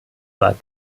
war